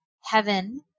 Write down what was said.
Heaven